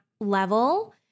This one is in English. level